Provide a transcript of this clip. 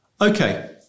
Okay